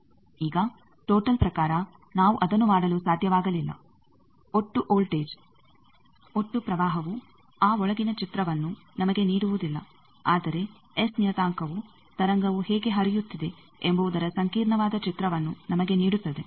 ಈಗ ಟೋಟಲ್ ಪ್ರಕಾರ ನಾವು ಅದನ್ನು ಮಾಡಲು ಸಾಧ್ಯವಾಗಲಿಲ್ಲ ಒಟ್ಟು ವೋಲ್ಟೇಜ್ ಒಟ್ಟು ಪ್ರವಾಹವು ಆ ಒಳಗಿನ ಚಿತ್ರವನ್ನೂ ನಮಗೆ ನೀಡುವುದಿಲ್ಲ ಆದರೆ ಎಸ್ ನಿಯತಾಂಕವು ತರಂಗವು ಹೇಗೆ ಹರಿಯುತ್ತಿದೆ ಎಂಬುವುದರ ಸಂಕೀರ್ಣವಾದ ಚಿತ್ರವನ್ನು ನಮಗೆ ನೀಡುತ್ತದೆ